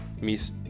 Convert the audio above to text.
Miss